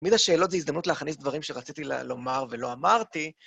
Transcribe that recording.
תמיד השאלות זה הזדמנות להכניס דברים שרציתי לומר ולא אמרתי.